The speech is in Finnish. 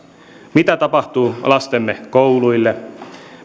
mitä tapahtuu lastemme kouluille